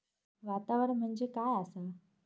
वातावरण म्हणजे काय आसा?